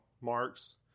marks